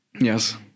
Yes